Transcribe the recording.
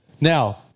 Now